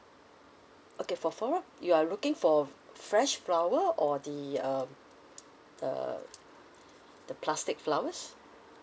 okay for flora you are looking for fresh flower or the um uh the plastic flowers